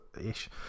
ish